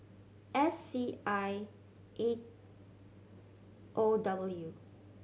S C I eight O W